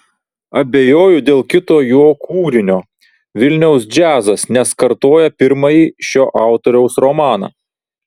abejoju dėl kito jo kūrinio vilniaus džiazas nes kartoja pirmąjį šio autoriaus romaną